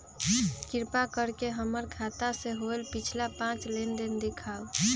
कृपा कर के हमर खाता से होयल पिछला पांच लेनदेन दिखाउ